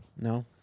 No